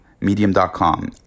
Medium.com